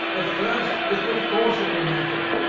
the first is the forcible method,